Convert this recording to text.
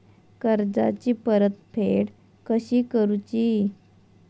कर्जाची परतफेड कशी करूची?